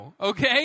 okay